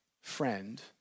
friend